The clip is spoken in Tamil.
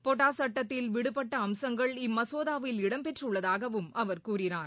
பொடா சுட்டத்தில் விடுபட்ட அம்சங்கள் இம்மசோதாவில் இடம் பெற்றுள்ளதாகவும் அவர் கூறினார்